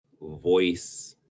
voice